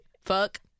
Fuck